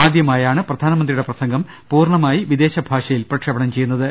ആദ്യമായാണ് പ്രധാനമന്ത്രിയുടെ പ്രസംഗം പൂർണ്ണമായി വിദേശ ഭാഷയിൽ പ്രക്ഷേപണം ചെയ്യു ന്നത്